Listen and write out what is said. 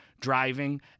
driving